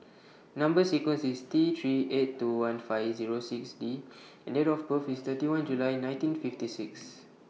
Number sequence IS T three eight two one five Zero six D and Date of birth IS thirty one July nineteen fifty six